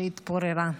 שהתפוררה.